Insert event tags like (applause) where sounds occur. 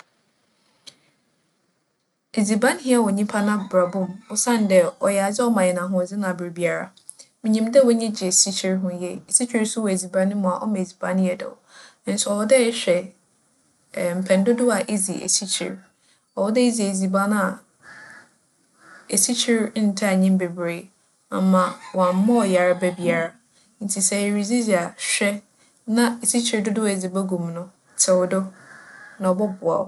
Edziban hia wͻ nyimpa n'abrabͻ mu (noise) osiandɛ ͻyɛ adze a ͻma hɛn ahoͻdzen aberbiara. Minyim dɛ w'enyi gye esikyir ho yie. Esikyir so wͻ edziban mu a, ͻma edziban yɛ dɛw. Nso ͻwͻ dɛ ehwɛ (hesitation) (noise) mpɛn dodow a idzi esikyir. ͻwͻ dɛ idzi edziban a (noise) esikyir nntaa nnyi mu beberee ama (noise) ͻammbͻ wo yarba biara. Ntsi sɛ iridzidzi a hwɛ na esikyir dodow a edze bogu mu no, tsew do, na ͻbͻboa (noise) wo.